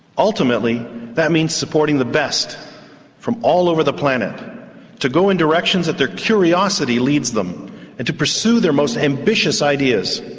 ultimately that means supporting the best from all over the planet to go in directions that their curiosity leads them and to pursue their most ambitious ideas.